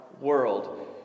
world